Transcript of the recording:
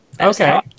Okay